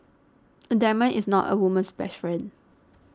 a diamond is not a woman's best friend